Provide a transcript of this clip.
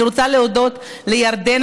אני רוצה להודות לירדנה,